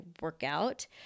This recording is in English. workout